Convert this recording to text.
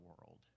world